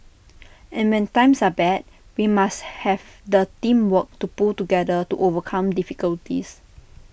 and when times are bad we must have the teamwork to pull together to overcome difficulties